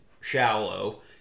shallow